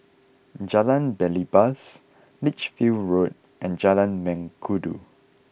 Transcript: Jalan Belibas Lichfield Road and Jalan Mengkudu